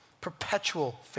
Perpetual